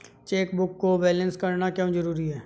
Chequebook को balance करना क्यों जरूरी है?